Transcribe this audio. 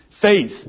Faith